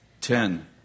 ten